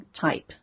type